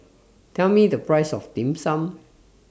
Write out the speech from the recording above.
Tell Me The Price of Dim Sum